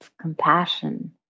compassion